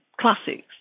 classics